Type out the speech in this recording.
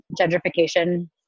gentrification